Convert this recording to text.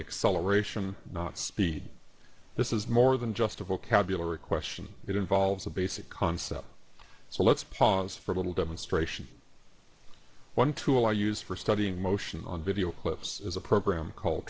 acceleration not speed this is more than just a vocabulary question it involves a basic concept so let's pause for a little demonstration one tool i use for studying motion on video clips is a program called